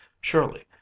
Surely